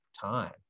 time